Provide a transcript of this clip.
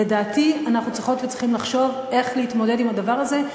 לדעתי אנחנו צריכות וצריכים לחשוב איך להתמודד עם הדבר הזה,